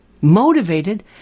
motivated